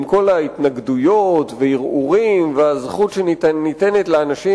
עם כל ההתנגדויות והערעורים והזכות שניתנת לאנשים